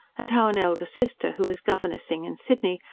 and how an elder sister, who was governessing in sydney,